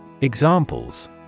Examples